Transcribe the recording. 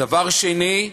דבר שני,